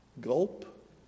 Gulp